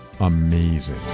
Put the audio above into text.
amazing